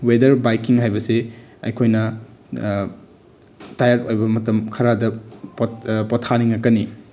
weather biking ꯍꯥꯏꯕꯁꯤ ꯑꯩꯈꯣꯏꯅ ꯇꯥꯏꯌꯔꯗ ꯑꯣꯏꯕ ꯃꯇꯝ ꯈꯔꯗ ꯄꯣꯠꯊꯥꯅꯤꯡꯉꯛꯀꯅꯤ